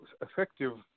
effective